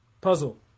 Puzzle